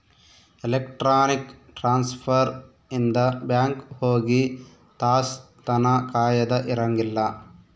electronic transfer ಇಂದ bank ಹೋಗಿ ತಾಸ್ ತನ ಕಾಯದ ಇರಂಗಿಲ್ಲ